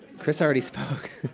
chris already spoke.